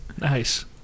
Nice